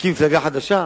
הקים מפלגה חדשה.